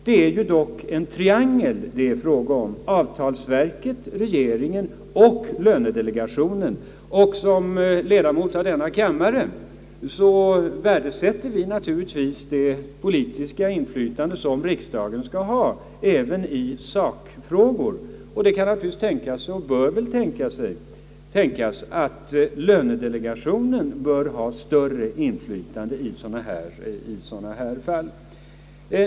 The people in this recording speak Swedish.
Det är ju dock fråga om en triangel, avtalsverket, regeringen och lönedelegationen. Som ledamot av denna kammare värdesätter jag naturligtvis det politiska inflytande som riksdagen skall ha även i sakfrågor, och det kan tänkas och bör väl tänkas att lönedelegationen skall ha större inflytande i sådana här fall.